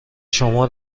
شما